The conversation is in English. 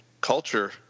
culture